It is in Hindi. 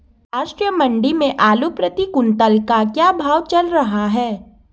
राष्ट्रीय मंडी में आलू प्रति कुन्तल का क्या भाव चल रहा है?